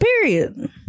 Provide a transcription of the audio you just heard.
Period